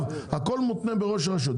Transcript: הכול מותנה בראש הרשות.